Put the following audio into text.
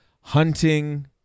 hunting